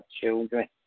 children